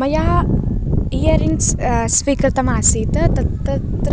मया इयरिंग्स् स्वीकर्तृमासीत् तत् तत्र